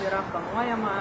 yra planuojama